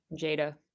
jada